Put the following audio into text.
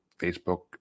Facebook